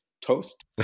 toast